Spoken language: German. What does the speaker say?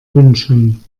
wünschen